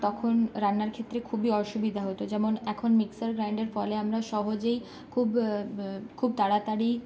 তখন রান্নার ক্ষেত্রে খুবই অসুবিধা হতো যেমন এখন মিক্সার গ্রাইন্ডারের ফলে আমরা সহজেই খুব খুব তাড়াতাড়ি